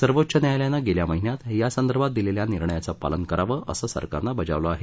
सर्वोच्च न्यायालयानं गेल्या माहिन्यात या संदर्भात दिलेल्या निर्णयाचं पालन करावं असं सरकारनं बजावलं आहे